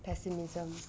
pessimism